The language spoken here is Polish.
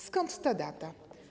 Skąd ta data?